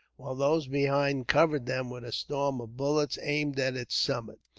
while those behind covered them with a storm of bullets aimed at its summit.